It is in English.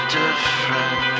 different